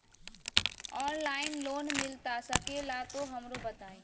Online loan मिलता सके ला तो हमरो बताई?